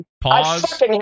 Pause